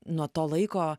nuo to laiko